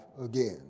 again